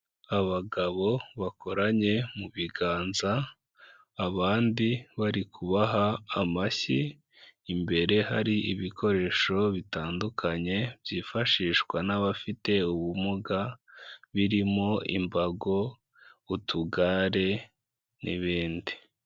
Abagabo bakoranye mu biganza abandi bari kubaha amashyi imbere hari ibikoresho bitandukanye byifashishwa n'abafite ubumuga birimo imbago, utugare n'ibindi.